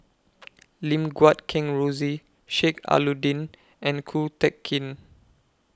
Lim Guat Kheng Rosie Sheik Alau'ddin and Ko Teck Kin